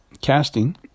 casting